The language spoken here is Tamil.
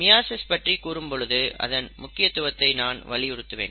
மியாசிஸ் பற்றி கூறும் பொழுது அதன் முக்கியத்துவத்தை நான் வலியுறுத்துவேன்